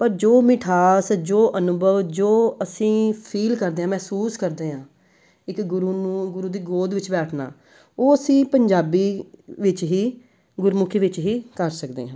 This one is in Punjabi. ਪਰ ਜੋ ਮਿਠਾਸ ਜੋ ਅਨੁਭਵ ਜੋ ਅਸੀਂ ਫੀਲ ਕਰਦੇ ਹਾਂ ਮਹਿਸੂਸ ਕਰਦੇ ਹਾਂ ਇੱਕ ਗੁਰੂ ਨੂੰ ਗੁਰੂ ਦੀ ਗੋਦ ਵਿੱਚ ਬੈਠਣਾ ਉਹ ਅਸੀਂ ਪੰਜਾਬੀ ਵਿੱਚ ਹੀ ਗੁਰਮੁਖੀ ਵਿੱਚ ਹੀ ਕਰ ਸਕਦੇ ਹਾਂ